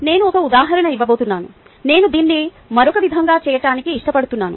నేను ఒక ఉదాహరణ ఇవ్వబోతున్నాను నేను దీన్ని మరొక విధంగా చేయటానికి ఇష్టపడుతున్నాను